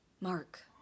Mark